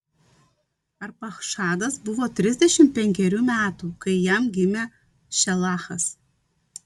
arpachšadas buvo trisdešimt penkerių metų kai jam gimė šelachas